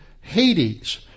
Hades